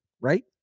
right